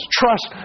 trust